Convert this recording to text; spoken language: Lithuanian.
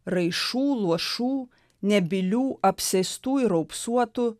raišų luošų nebylių apsėstų ir raupsuotų